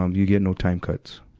um you get no time cuts.